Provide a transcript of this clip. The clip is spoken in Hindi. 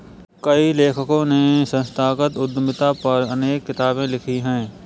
कई लेखकों ने संस्थागत उद्यमिता पर अनेक किताबे लिखी है